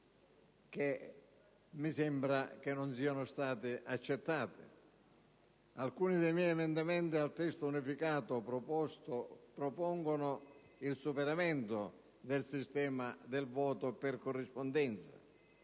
che mi sembra non siano state accettate. Alcuni dei miei emendamenti al testo unificato propongono il superamento del sistema del voto per corrispondenza